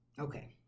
Okay